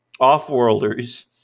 Offworlders